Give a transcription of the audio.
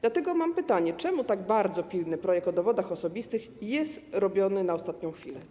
Dlatego mam pytanie: Dlaczego tak bardzo pilny projekt o dowodach osobistych jest wprowadzany na ostatnią chwilę?